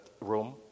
room